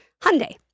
Hyundai